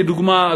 לדוגמה,